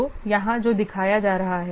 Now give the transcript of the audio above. तो यहाँ जो दिखाया जा रहा है